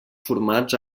formats